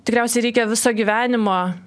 tikriausiai reikia viso gyvenimo